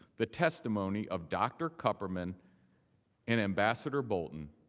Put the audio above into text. the testimony of dr. kupperman and ambassador bolton,